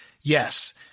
Yes